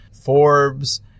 Forbes